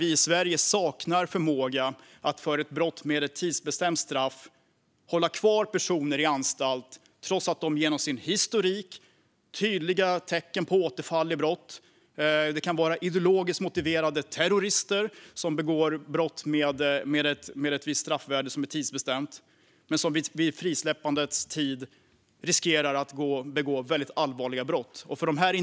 Vi i Sverige saknar förmåga att hålla kvar personer i anstalt för brott med ett tidsbestämt straff, trots dessa personers historik och tydliga tecken på återfall i brott. Det kan handla om ideologiskt motiverade terrorister som begår brott med ett visst straffvärde som är tidsbestämt men som vid tiden för frisläppande riskerar att begå mycket allvarliga brott.